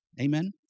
Amen